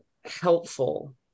helpful